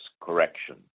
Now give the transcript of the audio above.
correction